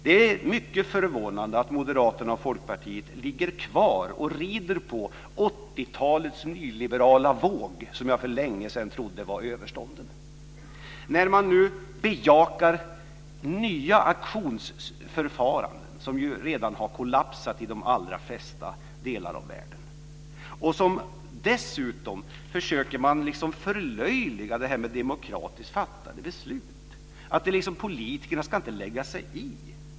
Det är mycket förvånande att Moderaterna och Folkpartiet ligger kvar och rider på 80-talets nyliberala våg som jag för längesedan trodde var överstånden. Nu bejakar man nya auktionsförfaranden, som ju redan har kollapsat i de allra flesta delar av världen. Dessutom försöker man liksom förlöjliga det här med demokratiskt fattade beslut. Politikerna ska inte lägga sig i.